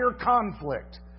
conflict